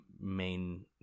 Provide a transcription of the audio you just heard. main